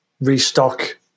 restock